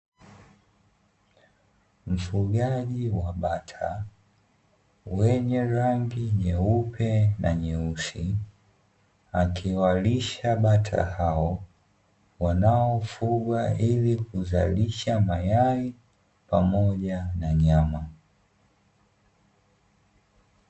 Mfugaji wa bata wenye rangi nyeupe na nyeusi, akiwalisha bata hao wanaofugwa ili kuzalisha mayai pamoja na nyama.